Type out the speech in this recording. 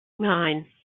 nine